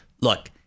Look